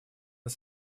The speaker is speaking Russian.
над